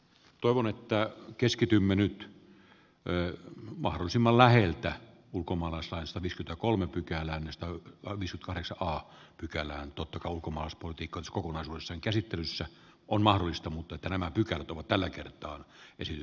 toivon että keskitymme nyt ei mahdollisimman läheltä ulkomaalaislaista tiskiltä kolme pykälän lista valmis kahdeksalla pykälään tutkaulkomaalaispolitiikanskohulla on sen käsittelyssä on mahdollista mutta nämä pykälät ovat tällä kertaa ff lähtömaissa